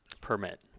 permit